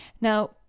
Now